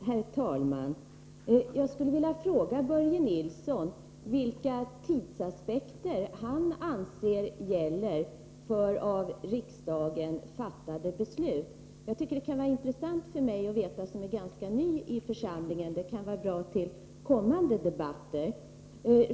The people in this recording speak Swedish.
Herr talman! Jag skulle vilja fråga Börje Nilsson vilka tidsaspekter han anser gäller för av riksdagen fattade beslut. Det skulle vara intressant för mig som är ganska ny i den här församlingen att få veta det. Det kan vara bra med tanke på kommande debatter.